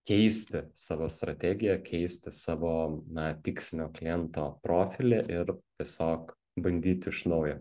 keisti savo strategiją keisti savo na tikslinio kliento profilį ir tiesiog bandyti iš naujo